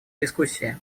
дискуссии